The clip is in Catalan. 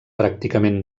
pràcticament